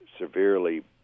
severely